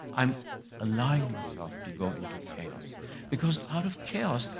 i'm allowing myself to go into chaos because out of chaos,